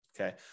okay